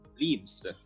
Leaves